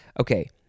okay